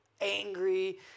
angry